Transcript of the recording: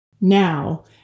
now